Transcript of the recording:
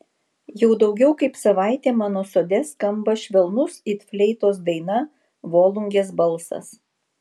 jau daugiau kaip savaitė mano sode skamba švelnus it fleitos daina volungės balsas